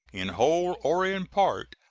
in whole or in part,